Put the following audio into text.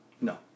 No